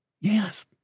Yes